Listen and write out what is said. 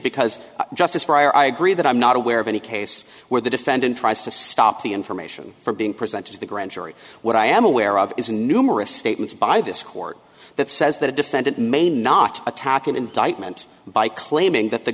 because justice breyer i agree that i'm not aware of any case where the defendant tries to stop the information from being presented to the grand jury what i am aware of is a numerous statements by this court that says that a defendant may not attack an indictment by claiming that the